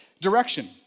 Direction